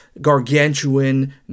gargantuan